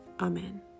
Amen